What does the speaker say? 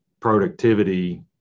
productivity